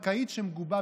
אני יכול לרדת?